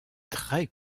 très